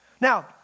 Now